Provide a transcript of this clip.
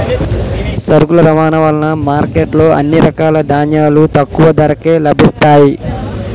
సరుకుల రవాణా వలన మార్కెట్ లో అన్ని రకాల ధాన్యాలు తక్కువ ధరకే లభిస్తయ్యి